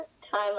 time